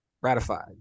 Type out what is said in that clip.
ratified